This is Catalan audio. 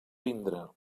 vindre